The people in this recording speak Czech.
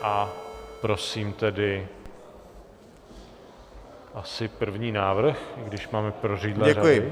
A prosím tedy asi první návrh, i když máme prořídlé řady.